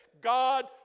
God